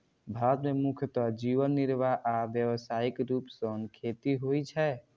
भारत मे मुख्यतः जीवन निर्वाह आ व्यावसायिक रूप सं खेती होइ छै